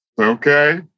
Okay